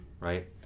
right